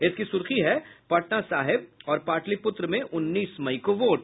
इसकी सुर्खी है पटना साहिब और पाटलिपुत्र में उन्नीस मई को वोट